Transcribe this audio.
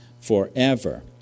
forever